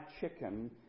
chicken